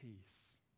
peace